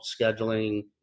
scheduling